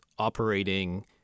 operating